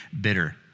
bitter